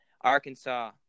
Arkansas